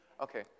Okay